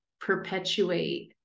perpetuate